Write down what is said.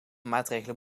maatregelen